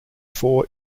four